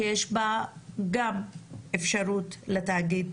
שיש בה גם אפשרות לתאגיד